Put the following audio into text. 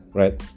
right